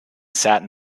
satin